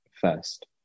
first